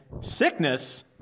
Sickness